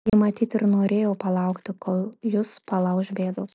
ji matyt ir norėjo palaukti kol jus palauš bėdos